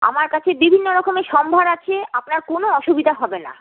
আমার কাছে বিভিন্ন রকমের সম্ভার আছে আপনার কোনও অসুবিধা হবে না